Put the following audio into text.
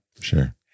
Sure